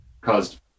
caused